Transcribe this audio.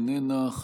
איננה,